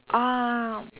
ah